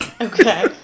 Okay